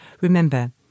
Remember